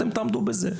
אתם תעמדו בזה.